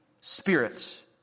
spirit